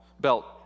belt